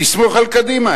תסמוך על קדימה,